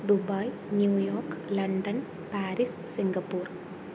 Dubai New York London Paris Singapore